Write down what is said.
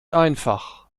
einfach